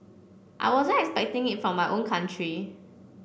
I wasn't expecting it from my own country